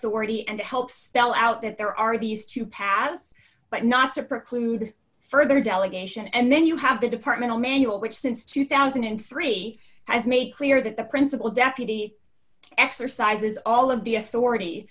hority and help spell out that there are these to pass but not to preclude further delegation and then you have the departmental manual which since two thousand and three has made clear that the principal deputy exercises all of the authority